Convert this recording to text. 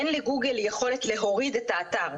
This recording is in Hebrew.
אין לגוגל יכולת להוריד את האתר,